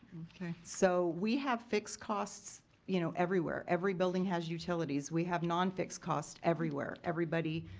okay. so we have fixed costs you know everywhere. every building has utilities. we have non-fixed costs everywhere. everybody,